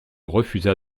refusa